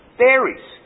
varies